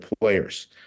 players